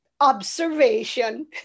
observation